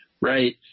Right